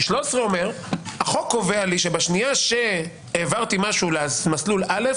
כי 13 אומר: החוק קובע לי שבשנייה שהעברתי משהו למסלול א',